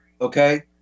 Okay